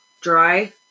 dry